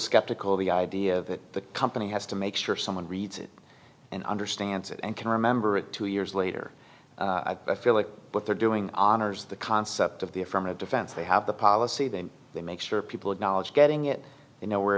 skeptical of the idea of it the company has to make sure someone reads it and understands it and can remember it two years later i feel like what they're doing honors the concept of the affirmative defense they have the policy then they make sure people acknowledge getting it you know where